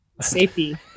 safety